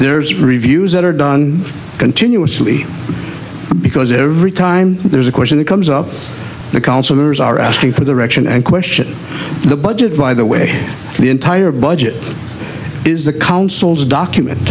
there's reviews that are done continuously because every time there's a question it comes up the councillors are asking for the reckon and question the budget by the way the entire budget is the council's document